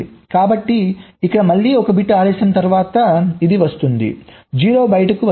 కాబట్టి ఇక్కడ మళ్ళీ ఒక బిట్ ఆలస్యం తరువాత ఇది వస్తుంది 0 బయటకు వస్తుంది